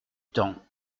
temps